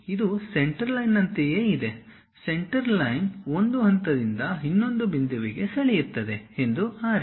ಇದು ಸೆಂಟರ್ಲೈನ್ನಂತೆಯೇ ಇದೆ ಸೆಂಟರ್ಲೈನ್ ಒಂದು ಹಂತದಿಂದ ಇನ್ನೊಂದು ಬಿಂದುವಿಗೆ ಸೆಳೆಯುತ್ತದೆ ಎಂದು ಆರಿಸಿ